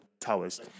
towers